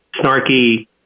snarky